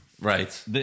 Right